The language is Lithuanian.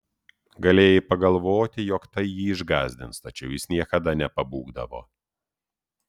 galėjai pagalvoti jog tai jį išgąsdins tačiau jis niekada nepabūgdavo